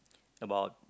about